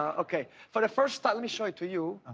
ah okay. for the first time, let me show it to you,